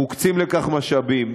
מוקצים לכך משאבים,